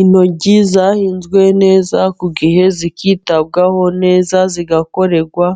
Intoryi zahinzwe neza ku gihe zikitabwaho neza zigakorerwa,